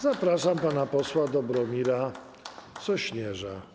Zapraszam pana posła Dobromira Sośnierza.